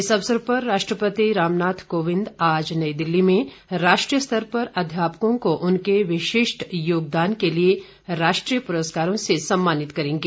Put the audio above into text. इस अवसर पर राष्ट्रपति रामनाथ कोविन्द आज नई दिल्ली में राष्ट्रीय स्तर पर अध्यापकों को उनके विशिष्ट योगदान के लिए राष्ट्रीय पुरस्कारों से सम्मानित करेंगे